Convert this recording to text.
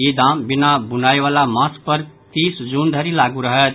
ई दाम बिना बुनाईवला मास्क पर तीस जून धरि लागू रहत